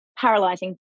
paralyzing